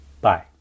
Bye